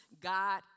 God